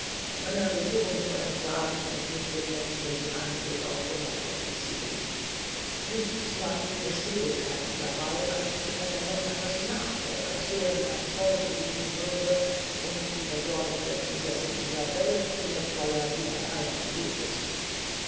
meiner regierung zu entsagen und mich dem menschlichen anblick auf ewig zu entziehn nichts machte mir schwierigkeit dabey als die ernennung eines nachfolgers der mein volk lieben würde und die versorgung der prinzessin isabelle die mir theuer wie mein eignes blut ist